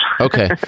Okay